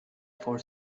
for